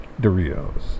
Doritos